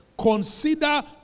Consider